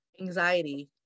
anxiety